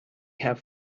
have